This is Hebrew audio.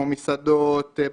כמו מסעדות,